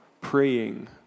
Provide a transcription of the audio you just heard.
praying